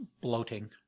bloating